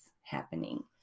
happening